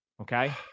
Okay